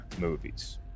movies